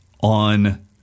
on